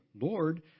Lord